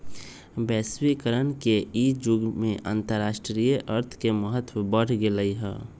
वैश्वीकरण के इ जुग में अंतरराष्ट्रीय अर्थ के महत्व बढ़ गेल हइ